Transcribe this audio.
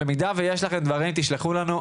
במידה ויש לכם דברים, תשלחו לנו.